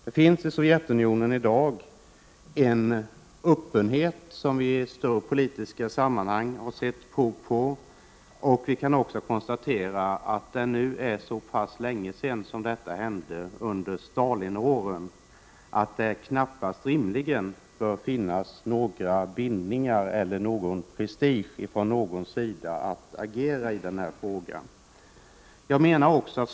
Det finns ju i Sovjetunionen en öppenhet i dag som vi sett prov på i större politiska sammanhang. Det är nu så pass länge sedan detta hände, under Stalinåren, att det knappast kan finnas några bindningar eller någon prestige från någons sida när det gäller att agera i denna fråga.